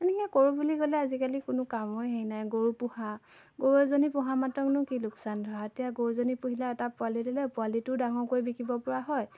এনেকৈ কৰোঁ বুলি ক'লে আজিকালি কোনো কামৰেই হেৰি নাই গৰু পোহা গৰু এজনী পোহা মাত্ৰকনো কি লোকচান ধৰা এতিয়া গৰুজনী পুহিলে এটা পোৱালি দিলে পোৱালিটোও ডাঙৰ কৰি বিকিব পৰা হয়